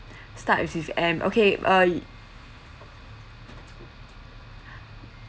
start with M okay uh